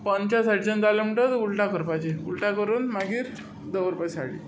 पोंदच्या सायडच्यान जाले म्हुनटोच उलटा करपाचें उलटा करून मागीर दवरपा सायडी